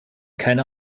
keine